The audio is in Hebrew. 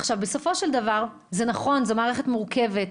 עכשיו, בסופו של דבר, נכון שזו מערכת מורכבת.